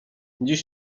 dziś